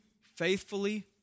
faithfully